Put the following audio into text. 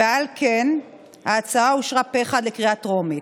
ועל כן ההצעה אושרה פה אחד לקריאה טרומית.